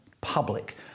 public